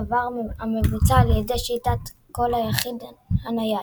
דבר המבוצע על ידי שיטת הקול היחיד הנייד.